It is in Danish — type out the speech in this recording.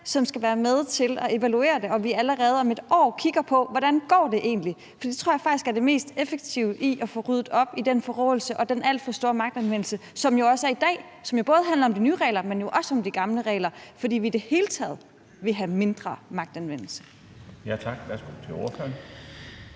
som skal være med til at evaluere det, og at vi allerede om et år kigger på, hvordan det egentlig går. Det tror jeg faktisk er det mest effektive til at få ryddet op i den forråelse og den alt for store magtanvendelse, som der jo også er i dag, og som både handler om de nye regler, men jo også om de gamle regler, fordi vi i det hele taget vil have mindre magtanvendelse. Kl. 12:16 Den fg.